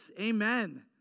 amen